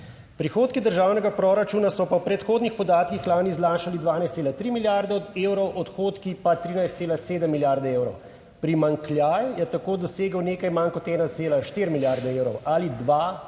"Prihodki državnega proračuna so po predhodnih podatkih lani znašali 12,3 milijarde evrov, odhodki pa 13,7 milijarde evrov. Primanjkljaj je tako dosegel nekaj manj kot 1,4 milijarde evrov ali 2,4